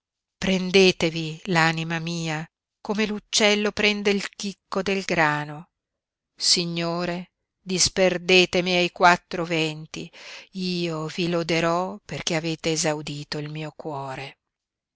prendetevi l'anima mia come l'uccello prende il chicco del grano signore disperdetemi ai quattro venti io vi loderò perché avete esaudito il mio cuore